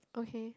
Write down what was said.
okay